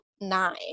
nine